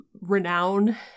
renown